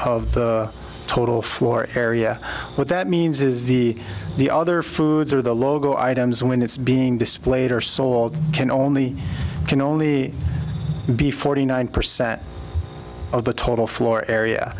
of the total floor area what that means is the the other foods or the logo items when it's being displayed or sold can only can only be forty nine percent of the total floor area